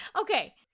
Okay